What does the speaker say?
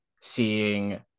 seeing